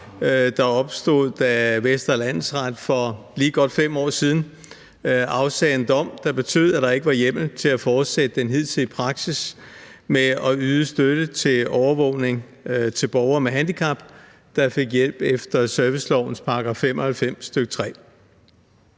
der opstod, da Vestre Landsret for lige godt 5 år siden afsagde en dom, der betød, at der ikke var hjemmel til at fortsætte den hidtidige praksis med at yde støtte til overvågning af borgere med handicap, der fik hjælp efter servicelovens § 95, stk. 3.